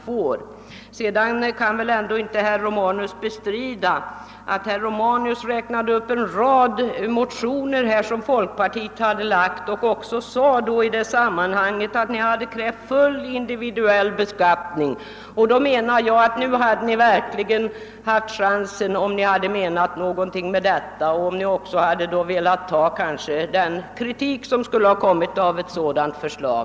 Herr Romanus kan väl ändå inte bestrida att han räknade upp en rad motioner som folkpartiet väckt och att han i det sammanhanget sade att folkpartiet krävt full individuell beskattning. Jag anser att nu hade ni verkligen haft chansen att visa att ni menade någonting med detta, om ni också velat ta den kritik som skulle ha kommit på ett sådant förslag.